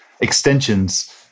extensions